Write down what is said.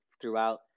throughout